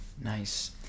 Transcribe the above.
Nice